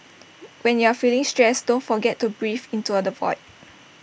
when you are feeling stressed out don't forget to breathe into A the void